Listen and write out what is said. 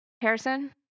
Harrison